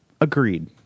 agreed